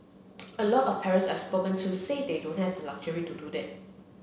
a lot of parents I've spoken to say they don't have luxury to do that